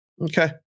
Okay